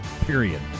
Period